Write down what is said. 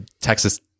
texas